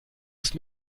ist